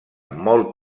molt